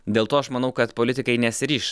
dėl to aš manau kad politikai nesiryš